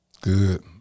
Good